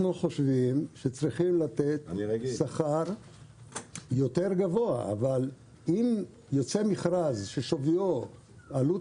אנחנו חושבים שצריך לתת שכר גבוה יותר אבל אם יוצא מכרז שעלות